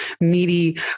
meaty